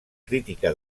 crítica